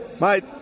mate